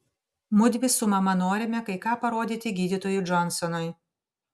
mudvi su mama norime kai ką parodyti gydytojui džonsonui